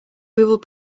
will